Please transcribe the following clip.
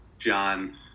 john